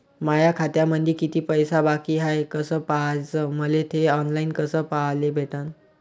माया खात्यामंधी किती पैसा बाकी हाय कस पाह्याच, मले थे ऑनलाईन कस पाह्याले भेटन?